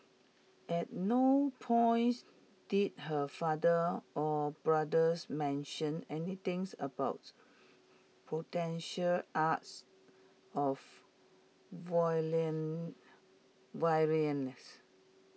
at no point did her father or brothers mention anything about potential acts of violence